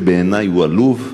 שבעיני הוא עלוב,